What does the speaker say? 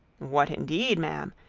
what, indeed, ma'am!